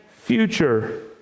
future